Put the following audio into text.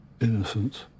Innocence